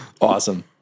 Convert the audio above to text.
Awesome